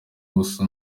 ubusa